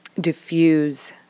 diffuse